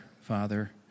Father